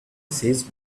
says